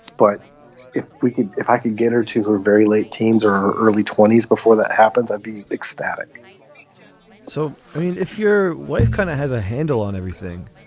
but if we could if i could get her to her very late teens or early twenty s before that happens, i'll be ecstatic so if your wife kind of has a handle on everything,